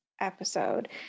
episode